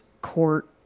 Court